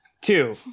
Two